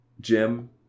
Jim